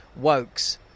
Wokes